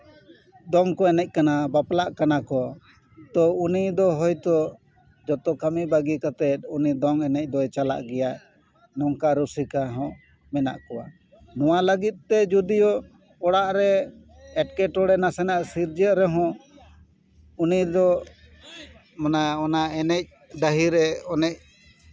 ᱫᱚᱝ ᱠᱚ ᱮᱱᱮᱡ ᱠᱟᱱᱟ ᱵᱟᱯᱞᱟᱜ ᱠᱟᱱᱟ ᱠᱚ ᱛᱚ ᱩᱱᱤ ᱫᱚ ᱦᱚᱭᱛᱳ ᱡᱚᱛᱚ ᱠᱟᱹᱢᱤ ᱵᱟᱹᱜᱤ ᱠᱟᱛᱮ ᱩᱱᱤ ᱫᱚᱝ ᱮᱱᱮᱡ ᱫᱚᱭ ᱪᱟᱞᱟᱜ ᱜᱮᱭᱟ ᱱᱚᱝᱠᱟ ᱨᱩᱥᱤᱠᱟ ᱦᱚᱸ ᱢᱮᱱᱟᱜ ᱠᱚᱣᱟ ᱱᱚᱣᱟ ᱞᱟᱹᱜᱤᱫ ᱛᱮ ᱡᱚᱫᱤᱭᱳ ᱚᱲᱟᱜ ᱨᱮ ᱮᱴᱠᱮᱴᱚᱬᱮ ᱱᱟᱥᱮᱱᱟᱜ ᱥᱤᱨᱡᱟᱹᱜ ᱨᱮᱦᱚᱸ ᱩᱱᱤ ᱫᱚ ᱚᱱᱟ ᱮᱱᱮᱡ ᱰᱟᱹᱦᱤᱨᱮ ᱮᱱᱮᱡ